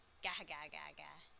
Gah-gah-gah-gah